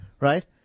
right